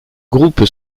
groupe